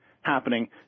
happening